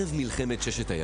זה למידה משימתית.